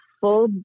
full